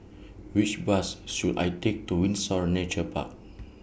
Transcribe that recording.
Which Bus should I Take to Windsor Nature Park